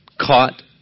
caught